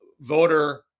voter